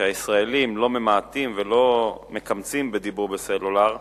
ושהישראלים לא ממעטים ולא מקמצים בדיבור בסלולר,